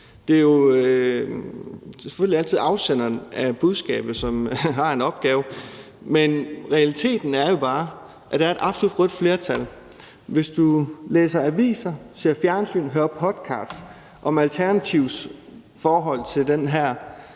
Det er selvfølgelig altid afsenderen af budskabet, som har en opgave, men realiteten er jo bare, at der er et absolut rødt flertal. Hvis du læser aviser, ser fjernsyn eller hører podcast om Alternativets forhold til den her